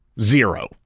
Zero